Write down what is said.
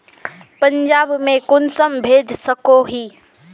पंजाब में कुंसम भेज सकोही?